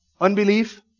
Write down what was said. Unbelief